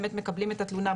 באמת מקבלים את התלונה,